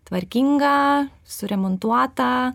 tvarkingą suremontuotą